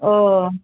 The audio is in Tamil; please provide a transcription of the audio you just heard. ஓ